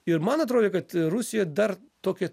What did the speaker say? ir man atrodė kad rusija dar tokio